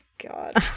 God